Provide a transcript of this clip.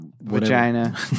Vagina